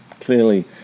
Clearly